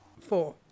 Four